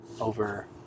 over